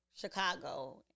chicago